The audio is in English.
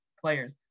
players